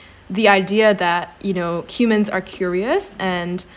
the idea that you know humans are curious and